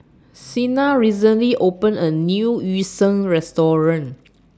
Sienna recently opened A New Yu Sheng Restaurant